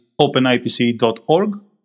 openipc.org